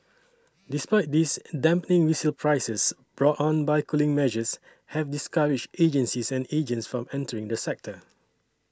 despite this dampening resale prices brought on by cooling measures have discouraged agencies and agents from entering the sector